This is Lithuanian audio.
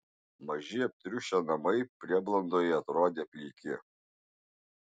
maži aptriušę namai prieblandoje atrodė pilki